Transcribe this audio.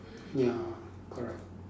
ya correct